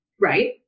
right